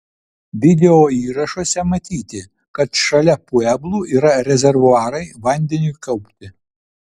videoįrašuose matyti kad šalia pueblų yra rezervuarai vandeniui kaupti